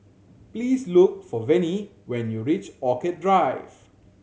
please look for Vennie when you reach Orchid Drive